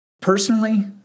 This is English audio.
personally